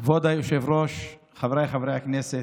כבוד היושב-ראש, חבריי חברי הכנסת,